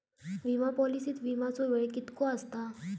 विमा पॉलिसीत विमाचो वेळ कीतको आसता?